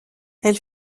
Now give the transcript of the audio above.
elle